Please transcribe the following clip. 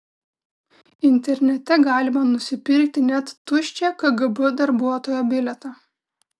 internete galima nusipirkti net tuščią kgb darbuotojo bilietą